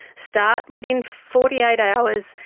start within forty eight hours,